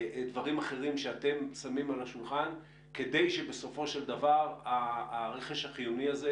דברים אחרים שאתם שמים על השולחן כדי שבסופו של הדבר הרכש החיוני הזה,